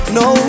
no